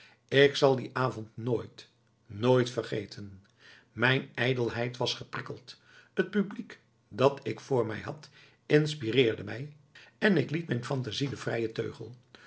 ik zal dien avond nooit nooit vergeten mijn ijdelheid was geprikkeld het publiek dat ik voor mij had inspireerde mij en ik liet mijn phantasie den vrijen teugel